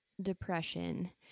depression